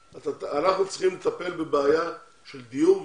אנחנו צריכים לטפל בבעיה של דיור ותעסוקה.